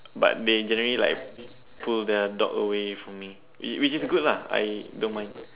but they generally like pull their dog away from me which is good lah I don't mind